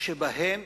שבהם